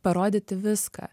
parodyti viską